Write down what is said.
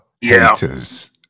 Haters